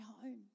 home